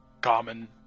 common